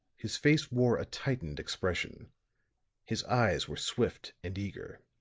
his face wore a tightened expression his eyes were swift and eager.